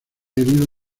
heridos